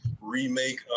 remake